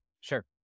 sure